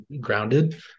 grounded